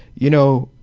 you know,